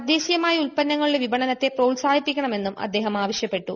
തദ്ദേശീയമായ ഉൽപ്പന്നങ്ങളുടെ വിപണനത്തെ പ്രോത്സാഹിപ്പിക്കണമെന്നും അദ്ദേഹം ആവശ്യപ്പെട്ടു